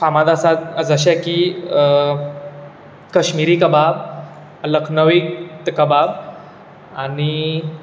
फामाद आसात जशे की कश्मिरी कबाब लखनवी कबाब आनी